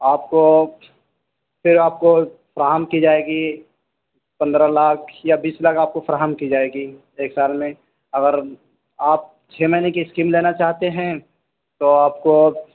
آپ کو پھر آپ کو فراہم کی جائے گی پندرہ لاکھ یا بیس لاکھ آپ کو فراہم کی جائے گی ایک سال میں اگر آپ چھ مہینے کی اسکیم لینا چاہتے ہیں تو آپ کو